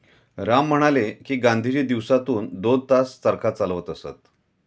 राम म्हणाले की, गांधीजी दिवसातून दोन तास चरखा चालवत असत